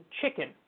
chicken